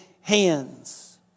hands